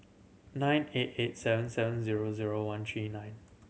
nine eight eight seven seven zero zero one three nine